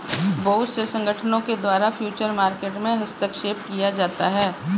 बहुत से संगठनों के द्वारा फ्यूचर मार्केट में हस्तक्षेप किया जाता है